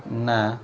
ନା